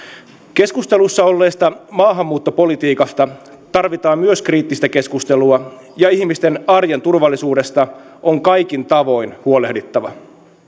keskustelussa olleesta maahanmuuttopolitiikasta tarvitaan myös kriittistä keskustelua ja ihmisten arjen turvallisuudesta on kaikin tavoin huolehdittava